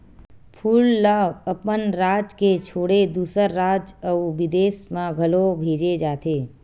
फूल ल अपन राज के छोड़े दूसर राज अउ बिदेस म घलो भेजे जाथे